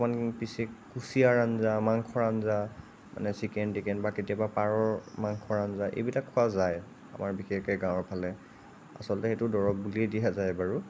পিচি কুছীয়াৰ আঞ্জা মাংসৰ আঞ্জা মানে চিকেন টিকেন বা কেতিয়াবা পাৰৰ মাংসৰ আঞ্জা এইবোৰ খোৱা যায় আমাৰ বিশেষকৈ গাঁওৰ ফালে আছলতে সেইটো দৰব বুলিয়েই দিয়া যায়